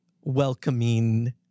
welcoming